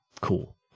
cool